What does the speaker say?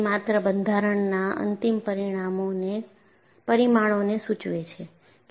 તે માત્ર બંધારણના અંતિમ પરિમાણોને સૂચવે છે કે તે કેવી રીતે કાર્ય કરે છે